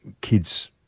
Kids